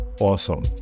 awesome